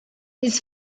his